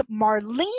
Marlene